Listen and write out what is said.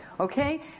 Okay